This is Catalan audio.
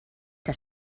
que